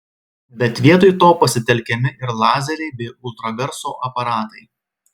bet vietoj to pasitelkiami ir lazeriai bei ultragarso aparatai